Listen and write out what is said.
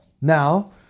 now